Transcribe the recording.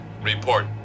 Report